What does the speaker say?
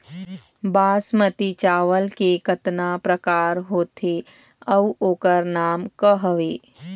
बासमती चावल के कतना प्रकार होथे अउ ओकर नाम क हवे?